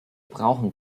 brauchen